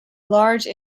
large